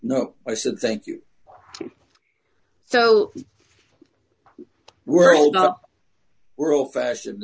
no i said thank you so we're all now we're all fashion